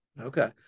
Okay